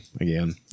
again